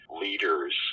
leaders